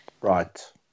Right